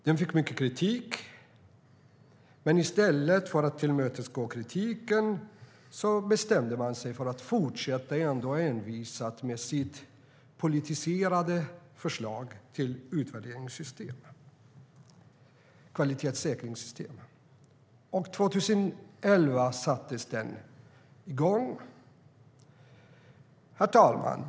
Det fick mycket kritik, men i stället för att tillmötesgå kritiken bestämde man sig för att fortsätta att arbeta på sitt politiserade förslag till kvalitetssäkringssystem. År 2011 sattes arbetet i gång. Herr talman!